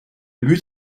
but